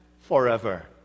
forever